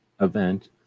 event